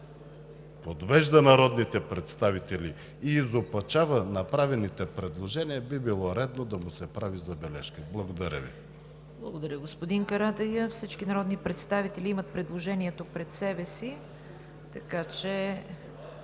подвежда народните представители и изопачава направените предложения, би било редно да му се направи забележка. Благодаря Ви. ПРЕДСЕДАТЕЛ ЦВЕТА КАРАЯНЧЕВА: Благодаря, господин Карадайъ. Всички народни представители имат предложението пред себе си, така че